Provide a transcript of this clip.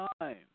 time